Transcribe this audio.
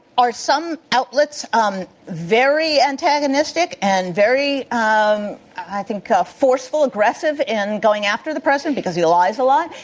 are some outlets um very antagonistic and very um i think ah forceful, aggressive in going after the president because he lies a lot?